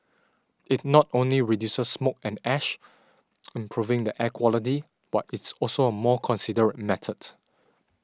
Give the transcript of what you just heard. it not only reduces smoke and ash improving the air quality but it's also a more considerate method